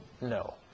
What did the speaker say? no